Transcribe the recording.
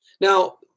Now